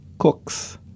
cooks